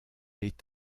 est